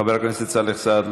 חבר הכנסת סאלח סעד,